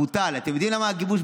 קואליציה.